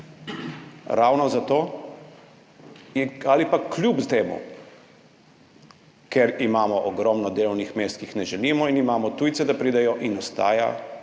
Ravno zato ali pa kljub temu da imamo ogromno delovnih mest, ki jih ne želimo, in imamo tujce, da pridejo, ostaja